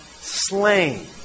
slain